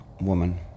woman